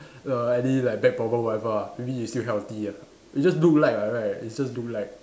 your any like back problem whatever ah maybe you still healthy ah you just look like [what] right you just look like